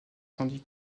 tandis